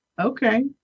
Okay